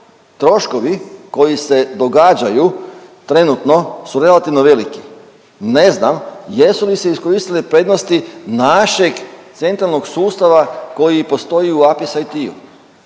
troškovi koji se događaju trenutno su relativno veliki. Ne znam jesu li se iskoristile prednosti našeg centralnog sustava koji postoji u APIS IT-u,